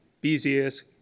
busiest